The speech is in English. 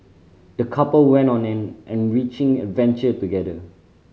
the couple went on an an enriching adventure together